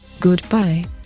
Goodbye